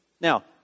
Now